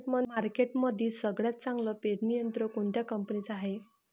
मार्केटमंदी सगळ्यात चांगलं पेरणी यंत्र कोनत्या कंपनीचं हाये?